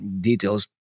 details